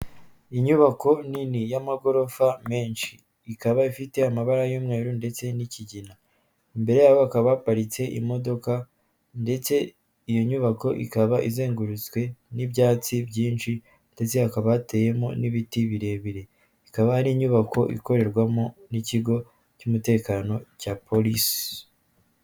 Inyubako nini y'amagorofa mensh, ikaba ifite amabara y'umweru ndetse n'ikigina, imbere yayo hakaba baparitse imodoka ndetse iyo nyubako ikaba izengurutswe n'ibyatsi byinshi ndetse hakaba hateyemo n'ibiti birebire, hakaba hari inyubako ikorerwamo n'ikigo cy'umutekano cya Police.